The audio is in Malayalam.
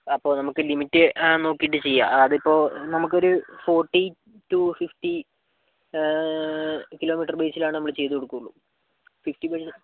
അപ്പോൾ നമുക്ക് ലിമിറ്റ് നോക്കിയിട്ട് ചെയ്യാം അതിപ്പോൾ നമുക്കൊരു ഫോർട്ടി ടു ഫിഫ്റ്റി കിലോമീറ്റർ ബേസിലാണ് നമ്മൾ ചെയ്തുകൊടുക്കുള്ളൂ